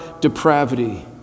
depravity